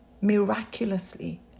miraculously